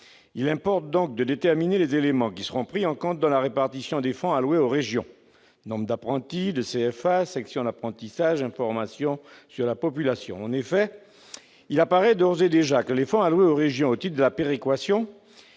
Il importe donc de déterminer les éléments qui seront pris en compte dans la répartition des fonds alloués aux régions : nombre d'apprentis, de CFA et de sections d'apprentissage, information sur la population. En effet, il apparaît d'ores et déjà que les fonds alloués aux régions au titre de la péréquation